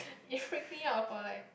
it freaked me out for like